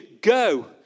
Go